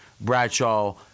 Bradshaw